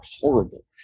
horrible